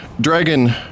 dragon